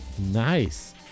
Nice